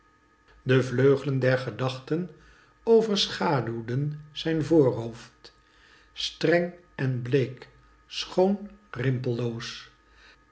de vleugien der gedachten overschauwden zijn voorhoofd streng en bleek schoon rimpelloos